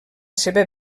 seva